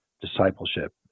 discipleship